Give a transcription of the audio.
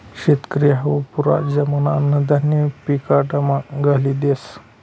शेतकरी हावू पुरा जमाना अन्नधान्य पिकाडामा घाली देस